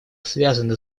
связаны